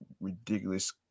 ridiculous